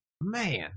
man